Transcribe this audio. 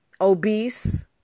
obese